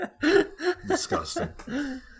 Disgusting